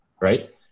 right